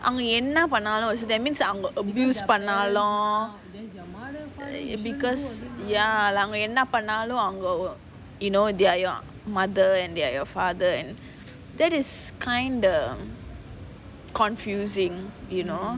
என்ன போனாலும்:enna ponaalum that means அவங்க:avanga abuse போனாலும்:ponaalum is because ya அவங்க என்ன போனாலும் அவங்க:avanga enna ponaalum avanga you know they are your mother and they are your father and that is kind of confusing you know